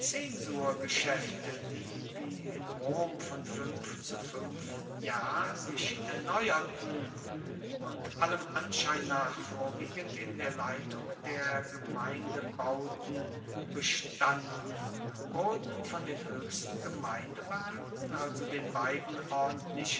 zensurgeschäfte die wie in rom von fünf zu fünf jahr sich erneuerten und allem anschein nach vorwiegend in der leitung der gemeindebauten bestanden wurden von den höchsten gemeindebeamten also den beiden ordentlichen